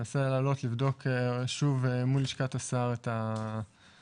אנסה להעלות ולבדוק שוב מול לשכת השר את הנושא.